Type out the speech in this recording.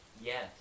Yes